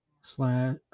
slash